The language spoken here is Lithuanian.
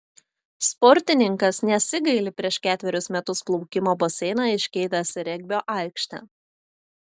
sportininkas nesigaili prieš ketverius metus plaukimo baseiną iškeitęs į regbio aikštę